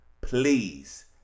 Please